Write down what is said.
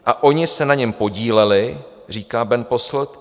A oni se na něm podíleli, říká Bernd Posselt.